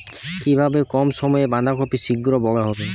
কিভাবে কম সময়ে বাঁধাকপি শিঘ্র বড় হবে?